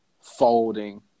folding